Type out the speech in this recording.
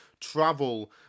travel